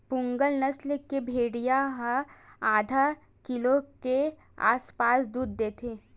पूगल नसल के भेड़िया ह आधा किलो के आसपास दूद देथे